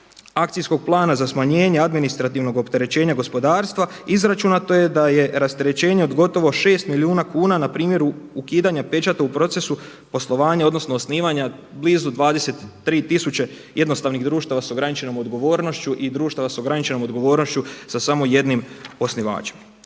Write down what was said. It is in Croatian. akcijskoj plan za smanjenje administrativnog opterećenja gospodarstva izračunato je da je rasterećenje od gotovo 6 milijuna kuna npr. ukidanja pečata u procesu poslovanja odnosno osnivanja blizu 23 tisuće jednostavnih društava s ograničenom odgovornošću i društava s ograničenom odgovornošću sa samo jednim osnivačem.